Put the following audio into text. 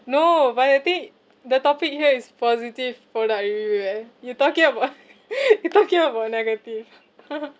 no but the thing the topic here is positive product review eh you talking about you talking about negative